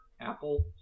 apple